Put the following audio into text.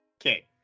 Okay